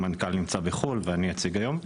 המנכ"ל נמצא בחו"ל ואני אציג היום.